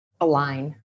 align